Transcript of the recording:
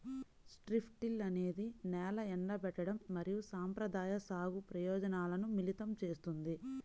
strip till అనేది నేల ఎండబెట్టడం మరియు సంప్రదాయ సాగు ప్రయోజనాలను మిళితం చేస్తుంది